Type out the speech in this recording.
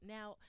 Now